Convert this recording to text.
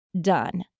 done